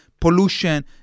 pollution